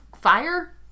fire